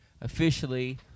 officially